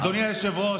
אדוני היושב-ראש,